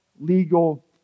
legal